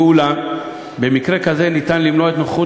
אולם במקרה כזה ניתן למנוע את נוכחות